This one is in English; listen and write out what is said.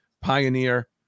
Pioneer